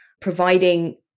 providing